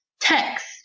text